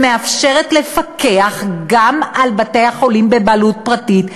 שמאפשרת לפקח גם על בתי-החולים שבבעלות פרטית.